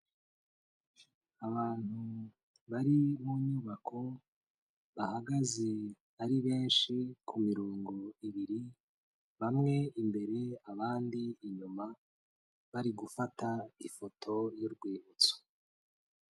Abantu bari mu nyubako bahagaze ari benshi ku mirongo ibiri, bamwe imbere abandi inyuma, bari gufata ifoto y'urwibutso.